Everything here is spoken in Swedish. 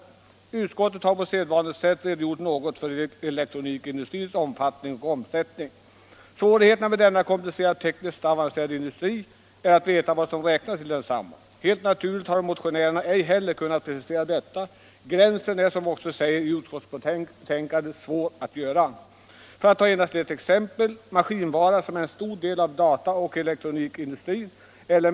Utskottet har på sedvanligt sätt redogjort något för: elektronikindustrins omfattning och omsättning. Svårigheterna med denna komplicerade och tekniskt avancerade industri är att veta vad som räknas till densamma. Helt naturligt har motionärerna ej helter kunnat precisera detta. Gränsen är, som vi också säger i utskottsbetänkandet, svår att dra. Jag vill här lämna endast ett exempel. En stor del av data och elektronikindustrin omfattas av maskinvaror.